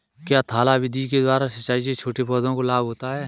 क्या थाला विधि के द्वारा सिंचाई से छोटे पौधों को लाभ होता है?